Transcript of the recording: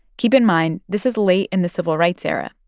keep in mind, this is late in the civil rights era,